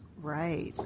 Right